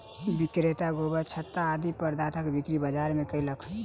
विक्रेता गोबरछत्ता आदि पदार्थक बिक्री बाजार मे कयलक